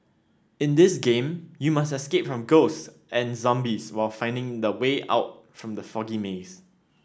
in this game you must escape from ghosts and zombies while finding the way out from the foggy maze